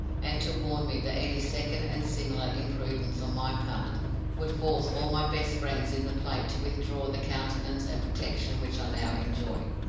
and to warn me that any second and similar imprudence on my part would force all my best friends in the place to withdraw the countenance and protection which i now enjoy.